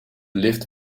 lift